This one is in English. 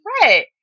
Right